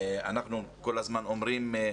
אנחנו כל הזמן אומרים: